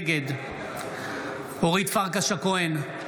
נגד אורית פרקש הכהן,